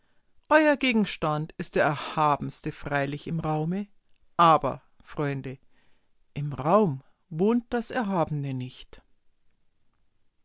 euer gegenstand ist der erhabenste freilich im raume aber freunde im raum wohnt das erhabene nicht